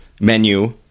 menu